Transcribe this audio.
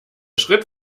schritt